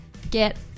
get